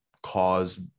cause